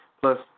plus